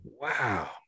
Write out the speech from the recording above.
Wow